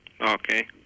Okay